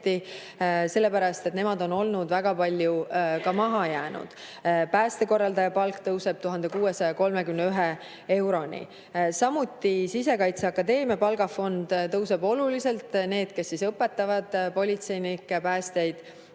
sellepärast et nemad on väga palju maha jäänud. Päästekorraldaja palk tõuseb 1631 euroni. Samuti Sisekaitseakadeemia palgafond tõuseb oluliselt. Neile, kes õpetavad politseinikke, päästjaid,